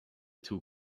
two